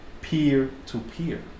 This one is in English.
peer-to-peer